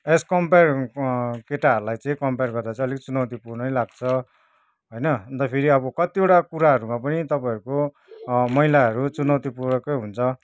S compare केटाहरूलाई चाहिँ compare गर्दा चाहिँ अलिक चुनौतीपूर्णै लाग्छ होइन अन्त फेरि अब कतिवटा कुराहरूमा पनि तपाईँहरूको महिलाहरू चुनौतीपूर्वकै हुन्छ